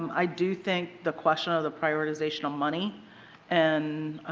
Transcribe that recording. i do think the question of the prioritizational money and